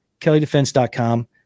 kellydefense.com